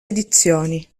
edizioni